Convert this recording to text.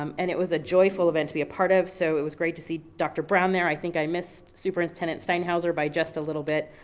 um and it was a joyful event to be a part of, so it was great to see dr. brown there. i think i missed superintendent steinhauser by about just a little bit.